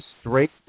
straight